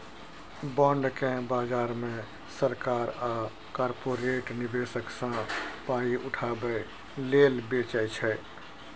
bond केँ बजार मे सरकार आ कारपोरेट निबेशक सँ पाइ उठाबै लेल बेचै छै